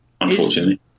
unfortunately